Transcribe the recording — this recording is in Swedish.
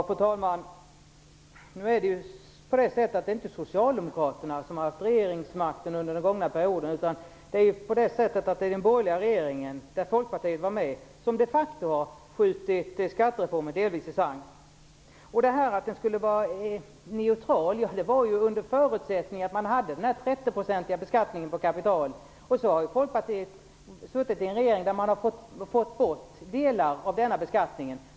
Fru talman! Det är inte Socialdemokraterna som haft regeringsmakten under den gångna mandatperioden, utan det är den borgerliga regeringen, som Folkpartiet satt med i, som de facto skjutit skattereformen delvis i sank. Att skattereformen skulle vara neutral förutsatte också en 30 % beskattning på kapital. Men Folkpartiet har nu suttit med i den regering som fått bort delar av den beskattningen.